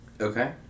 Okay